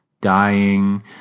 dying